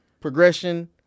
progression